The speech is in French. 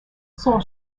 son